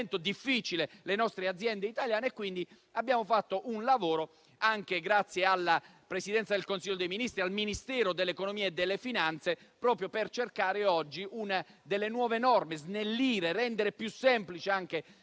difficile, le nostre aziende italiane. Abbiamo fatto un lavoro, anche grazie alla Presidenza del Consiglio dei ministri, al Ministero dell'economia e delle finanze, proprio per cercare nuove norme, al fine di snellire e rendere più semplice alcune